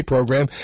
Program